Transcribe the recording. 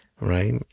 right